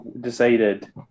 decided